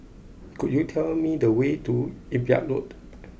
could you tell me the way to Imbiah Road